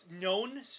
known